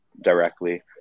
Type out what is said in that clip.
directly